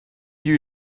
you